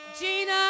Gina